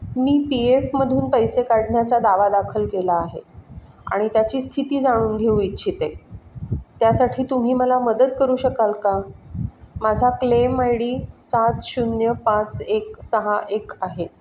मी P एफमधून पैसे काढण्याचा दावा दाखल केला आहे आणि त्याची स्थिती जाणून घेऊ इच्छिते त्यासाठी तुम्ही मला मदत करू शकाल का माझा क्लेम आय डी सात शून्य पाच एक सहा एक आहे